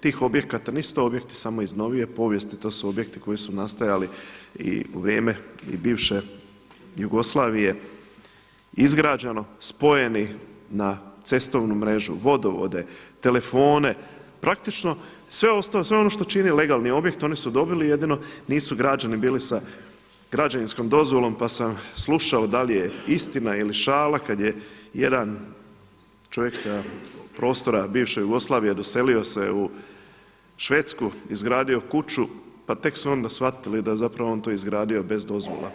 tih objekata nisu to objekti samo iz novije povijesti, to su objekti koji su nastajali u vrijeme i bivše Jugoslavije izgrađeno spojeni na cestovnu mrežu, vodovode, telefone, praktično sve ono što čini legalni objekt oni su dobili, jedino nisu građani bili sa građevinskom dozvolom pa sam slušao da li je istina ili šala kad je jedan čovjek sa prostora bivše Jugoslavije doselio se u Švedsku, izgradio kuću pa tek su onda shvatili da je on to zapravo izgradio bez dozvola.